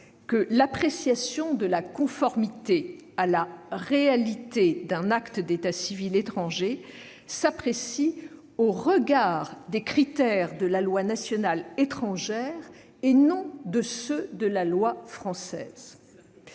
juge, désormais, que la conformité à la réalité d'un acte d'état civil étranger s'apprécie au regard des critères de la loi nationale étrangère, non de ceux de la loi française.